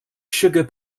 sugar